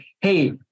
hey